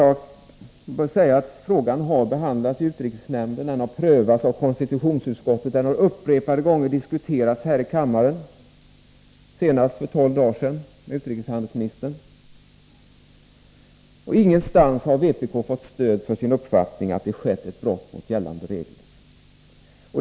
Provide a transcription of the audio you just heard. Frågan har behandlats i utrikesnämnden. Den har prövats av konstitutionsutskottet och upprepade gånger diskuterats här i kammaren, senast för tolv dagar sedan i en debatt med utrikeshandelsministern. Ingenstans har vpk fått stöd för sin uppfattning att det har skett något brott mot gällande regler.